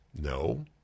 No